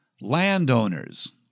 landowners